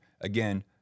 Again